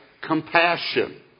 compassion